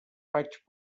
faig